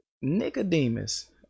Nicodemus